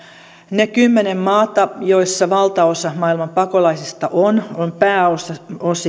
ne kymmenen maata joissa valtaosa maailman pakolaisista on ovat pääosin